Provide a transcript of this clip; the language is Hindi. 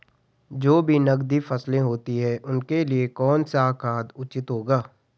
जो भी नकदी फसलें होती हैं उनके लिए कौन सा खाद उचित होगा?